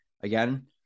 again